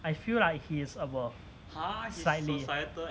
I feel like he is above slightly